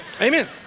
amen